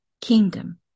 kingdom